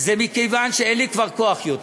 היא שאין לי כוח יותר,